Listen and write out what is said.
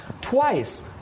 Twice